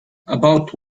about